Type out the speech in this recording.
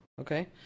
Okay